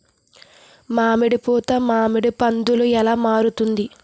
మామిడి పూత మామిడి పందుల ఎలా మారుతుంది?